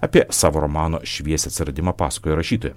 apie savo romano šviesi atsiradimą paskoja rašytoja